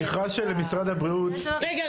רגע,